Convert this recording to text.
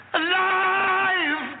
alive